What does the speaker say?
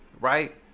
Right